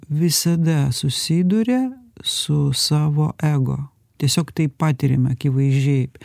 visada susiduria su savo ego tiesiog tai patiriam akivaizdžiai